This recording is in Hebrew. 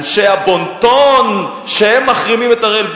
אנשי הבון-טון, שהם מחרימים את אריאל.